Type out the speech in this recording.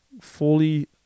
fully